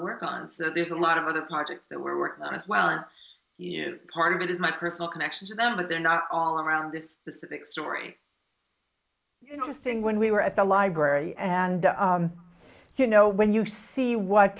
work on so there's a lot of other projects that were on as well and you part of it is my personal connection to them but they're not all around this specific story interesting when we were at the library and you know when you see what